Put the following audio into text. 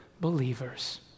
believers